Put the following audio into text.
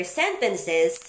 sentences